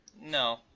No